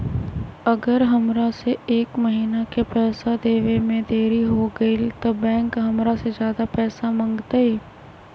अगर हमरा से एक महीना के पैसा देवे में देरी होगलइ तब बैंक हमरा से ज्यादा पैसा मंगतइ?